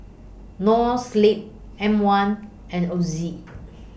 Noa Sleep M one and Ozi